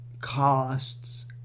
costs